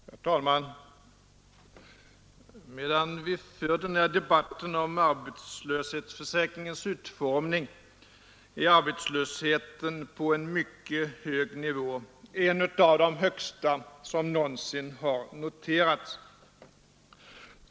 Herr talman! Medan vi för den här debatten om arbetslöshetsförsäkringens utformning är arbetslösheten på en mycket hög nivå, en av de högsta som någonsin har noterats.